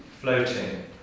floating